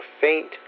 faint